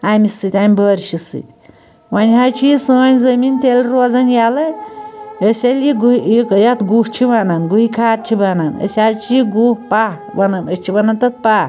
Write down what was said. اَمہِ سۭتۍ اَمہِ بٲرشہِ سۭتۍ وۄنۍ حظ چھِ یہِ سٲنۍ زٔمیٖن تیٚلہِ روزان یَلہٕ أسۍ ییٚلہِ یہِ گُہہ یہِ ییٛتھ گُہہ چھِ وَنان گُہہ کھاد چھِ وَنان أسۍ حظ چھِ یہِ گُہہ پاہ وَنان أسۍ چھِ وَنان تَتھ پاہ